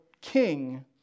king